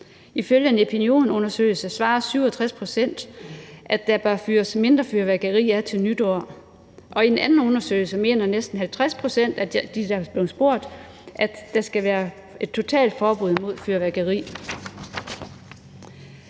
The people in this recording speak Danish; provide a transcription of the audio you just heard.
Ifølge en Epinionundersøgelse svarer 67 pct., at der bør fyres mindre fyrværkeri af til nytår, og i en anden undersøgelse mener næsten 50 pct. af dem, der er blevet spurgt, at der skal være et totalforbud mod fyrværkeri.